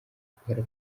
itwara